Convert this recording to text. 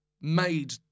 made